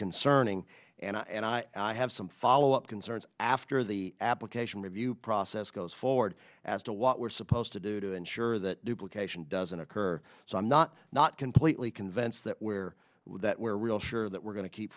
concerning and i and i have some follow up concerns after the application review process goes forward as to what we're supposed to do to ensure that duplications doesn't occur so i'm not not completely convinced that where we're real sure that we're going to keep